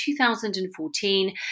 2014